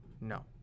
No